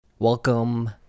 Welcome